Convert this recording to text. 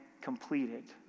completed